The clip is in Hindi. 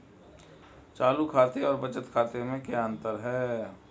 चालू खाते और बचत खाते में क्या अंतर है?